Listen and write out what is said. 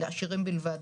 לעשירים בלבד,